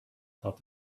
thought